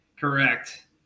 Correct